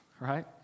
right